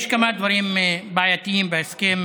כמה דברים בעייתיים בהסכם